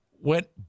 went